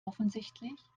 offensichtlich